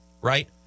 right